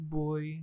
boy